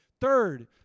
Third